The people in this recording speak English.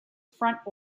front